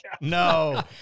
No